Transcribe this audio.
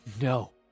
No